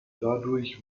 dadurch